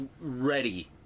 ready